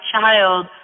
child